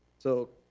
so